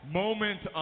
moment